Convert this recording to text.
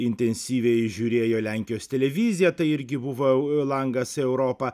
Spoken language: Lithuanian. intensyviai žiūrėjo lenkijos televiziją tai irgi buvo langas į europą